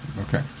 Okay